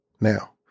now